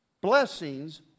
blessings